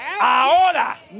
Ahora